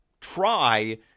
try